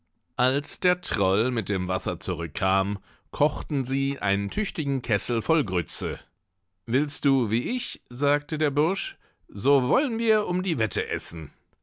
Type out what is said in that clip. als der troll mit dem wasser zurückkam kochten sie einen tüchtigen kessel voll grütze willst du wie ich sagte der bursch so wollen wir um die wette essen